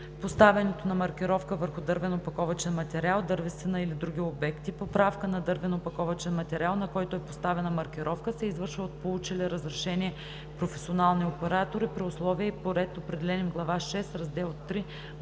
Поставянето на маркировка върху дървен опаковъчен материал, дървесина или други обекти, поправка на дървен опаковъчен материал, на който е поставена маркировка, се извършва от получили разрешение професионални оператори, при условия и по ред, определени в глава VI, раздел 3